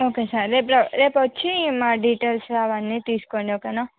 okay sir రేపు రేపు వచ్చి మా డీటెయిల్స్ అవన్నీ తీసుకోండి ఓకేనా